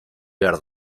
behar